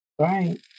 right